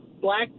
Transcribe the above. black